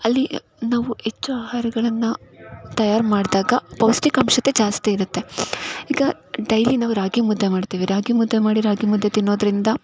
ಅಲ್ಲಿ ನಾವು ಹೆಚ್ಚು ಆಹಾರಗಳನ್ನು ತಯಾರು ಮಾಡಿದಾಗ ಪೌಷ್ಠಿಕಾಂಶತೆ ಜಾಸ್ತಿ ಇರುತ್ತೆ ಈಗ ಡೈಲಿ ನಾವು ರಾಗಿಮುದ್ದೆ ಮಾಡ್ತೀವಿ ರಾಗಿಮುದ್ದೆ ಮಾಡಿ ರಾಗಿಮುದ್ದೆ ತಿನ್ನೋದರಿಂದ